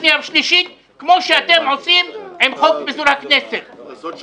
שנייה ושלישית כמו שאתם עושים עם חוק פיזור הכנסת.